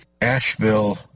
Asheville